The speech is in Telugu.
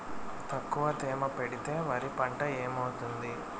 తక్కువ తేమ పెడితే వరి పంట ఏమవుతుంది